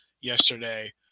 yesterday